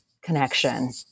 Connection